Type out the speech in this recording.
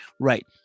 Right